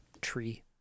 tree